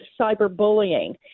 cyberbullying